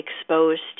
exposed